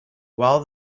while